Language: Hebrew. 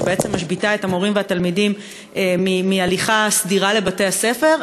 שבעצם משביתה את המורים והתלמידים מהליכה סדירה לבתי-הספר,